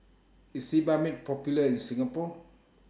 IS Sebamed Popular in Singapore